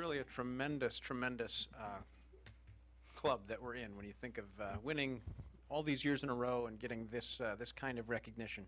really a tremendous tremendous club that we're in when you think of winning all these years in a row and getting this kind of recognition